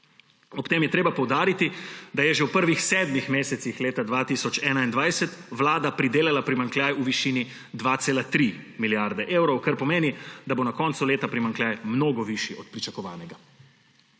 Ob tem je treba poudariti, da je že v prvih sedmih mesecih leta 2021 vlada pridelala primanjkljaj v višini 2,3 milijarde evrov, kar pomeni, da bo na koncu leta primanjkljaj mnogo višji od pričakovanega.